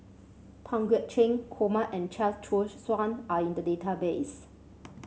Pang Guek Cheng Kumar and Chia Choo Suan are in the database